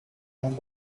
yang